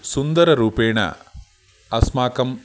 सुन्दररूपेण अस्माकम्